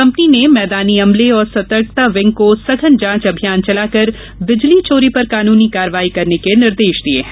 company ने मैदानी अमर्ले और सतर्कता विंग को सघन जांच अभियान चलाकर बिजली चोरी पर कानूनी कार्यवाही करने के निर्देश दिये हैं